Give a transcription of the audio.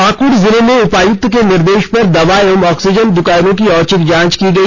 पाकड़ जिले में उपायुक्त के निर्देश पर दवा एवं ऑक्सीजन दुकानों की औचक जांच की गई